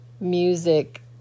music